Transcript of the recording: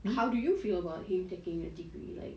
and how do you feel about him taking a degree like